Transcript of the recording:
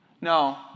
no